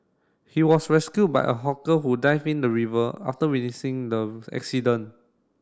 he was rescued by a hawker who dived in the river after witnessing the accident